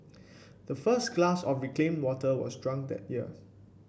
the first glass of reclaimed water was drunk that year